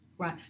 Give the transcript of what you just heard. Right